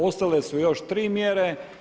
Ostale su još tri mjere.